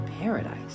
paradise